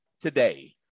today